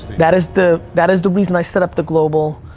that is the, that is the reason i set up the global,